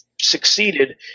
succeeded